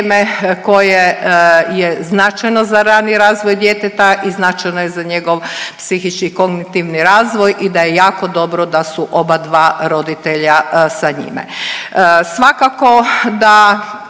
koje je značajno za rani razvoj djeteta i značajno je za njegov psihički i kognitivni razvoj i da je jako dobro da su oba dva roditelja sa njime.